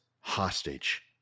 hostage